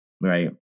right